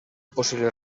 possible